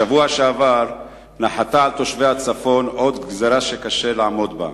בשבוע שעבר נחתה על תושבי הצפון עוד גזירה שקשה לעמוד בה,